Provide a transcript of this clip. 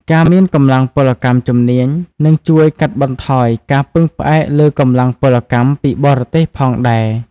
ការមានកម្លាំងពលកម្មជំនាញនឹងជួយកាត់បន្ថយការពឹងផ្អែកលើកម្លាំងពលកម្មពីបរទេសផងដែរ។